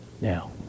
Now